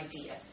idea